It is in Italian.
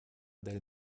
del